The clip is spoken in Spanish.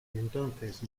entonces